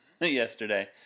yesterday